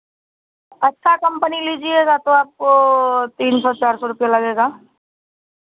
अच्छा कम्पनी लीजियेगा तो आपको तीन सौ चार सौ रुपैया लगेगा